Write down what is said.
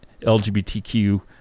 LGBTQ